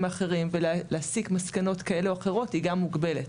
האחרים ולהסיק מסקנות כאלה או אחרות היא גם מוגבלת.